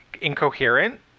incoherent